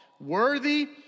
worthy